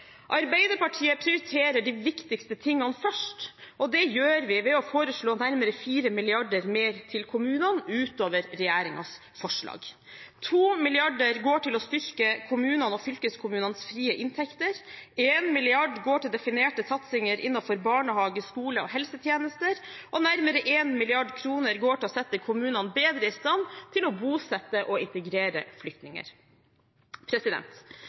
Arbeiderpartiet prioriterer de viktigste tingene først, og det gjør vi ved å foreslå nærmere 4 mrd. kr mer til kommunene, utover regjeringens forslag. 2 mrd. kr går til å styrke kommunene og fylkeskommunenes frie inntekter, 1 mrd. kr går til definerte satsinger innenfor barnehage, skole og helsetjenester, og nærmere 1 mrd. kr går til å sette kommunene bedre i stand til å bosette og integrere flyktninger.